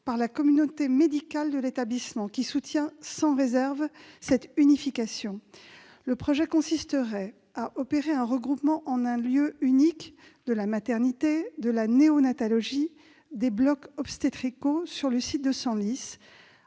par la communauté médicale de l'établissement, qui soutient sans réserve l'unification. Le projet consisterait à opérer un regroupement en un lieu unique de la maternité, de la néonatalogie et des blocs obstétricaux sur le site de Senlis,